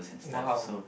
!wow!